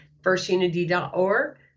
firstunity.org